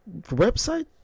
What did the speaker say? website